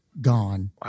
gone